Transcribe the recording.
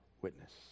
witness